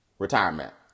retirement